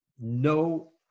no